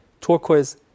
turquoise